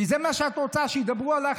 כי זה מה שאת רוצה, שידברו עלייך.